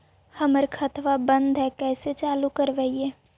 हमर खतवा बंद है कैसे चालु करवाई?